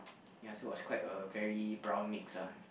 ya so was quite a very brown mix ah